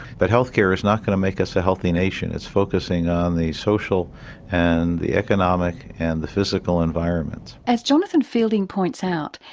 but healthcare is not going to make us a healthy nation. it's focusing on the social and the economic and the physical environments. as jonathan fielding points out,